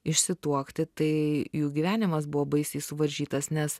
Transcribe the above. išsituokti tai jų gyvenimas buvo baisiai suvaržytas nes